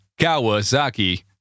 Kawasaki